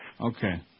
Okay